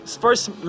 first